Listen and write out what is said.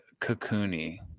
Kakuni